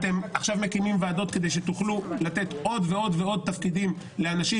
עכשיו אתם מקימים ועדות כדי שתוכלו לתת עוד ועוד תפקידים לאנשים